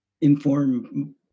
inform